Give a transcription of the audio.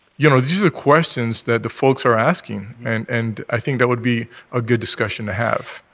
you know these are questions that the folks are asking. and and i think that would be a good discussion have.